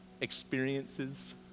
experiences